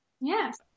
Yes